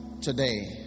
today